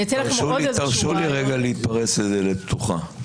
תרשו לי רגע להתפרץ לדלת פתוחה.